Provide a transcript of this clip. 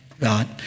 God